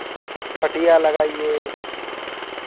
कटिया लगाइये